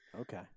Okay